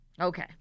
Okay